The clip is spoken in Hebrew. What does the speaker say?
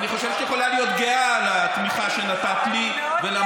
אני חושב שאת יכולה להיות גאה על התמיכה שנתת לי ולמהלך.